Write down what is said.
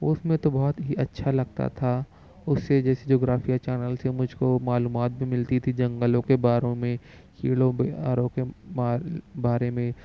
اس میں تو بہت ہی اچھا لگتا تھا اس سے جیسے جغرافیہ چینل سے مجھ کو معلومات بھی ملتی تھی جنگلوں کے باروں میں کیڑوں کے بارے میں